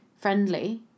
friendly